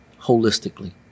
holistically